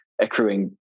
accruing